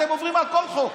אתם עוברים על כל חוק.